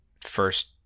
first